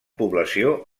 població